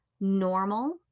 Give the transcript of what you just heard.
normal